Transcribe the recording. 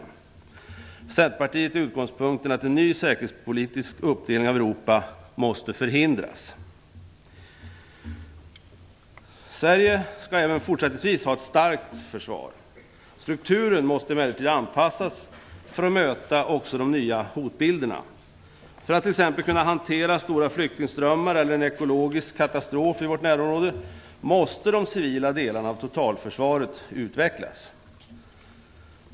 För Centerpartiet är utgångspunkten att en ny säkerhetspolitisk uppdelning av Europa måste förhindras. Sverige skall även fortsättningsvis ha ett starkt försvar, strukturen måste emellertid anpassas för att möta också de nya hotbilderna. För att t.ex. kunna hantera stora flyktingströmmar eller en ekologisk katastrof i vårt närområde måste de civila delarna av totalförsvaret utvecklas.